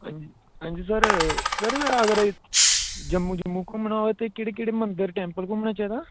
हंजी sir sir अगर जम्मू जम्मू घूमना होऐ ते केह्ड़े केह्ड़े मंदिर टैम्पल घूमना चाहिदा